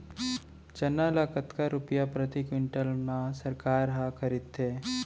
चना ल कतका रुपिया प्रति क्विंटल म सरकार ह खरीदथे?